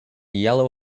yellow